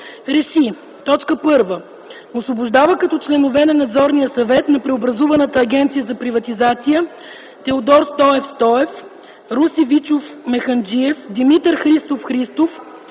Р Е Ш И: 1. Освобождава като членове на Надзорния съвет на преобразуваната Агенция за приватизация: Теодор Стоев Стоев Руси Вичов Механджиев Димитър Христов Христов